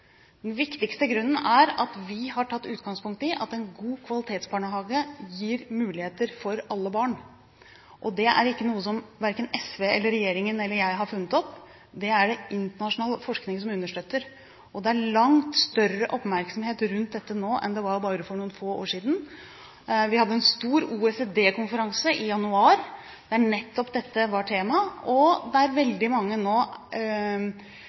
Den viktigste grunnen er at vi har tatt utgangspunkt i at en god kvalitetsbarnehage gir muligheter for alle barn. Det er ikke noe som verken SV, regjeringen eller jeg har funnet opp; det er det internasjonal forskning som understøtter, og det er langt større oppmerksomhet rundt dette nå enn det var for bare noen få år siden. Det var en stor OECD-konferanse i januar der nettopp dette var temaet, og veldig mange har nå